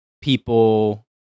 people